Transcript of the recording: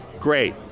Great